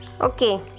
Okay